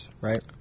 right